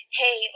hey